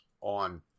on